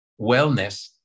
wellness